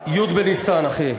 י' בניסן, אחי.